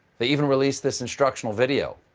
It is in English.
they even released this instructional video.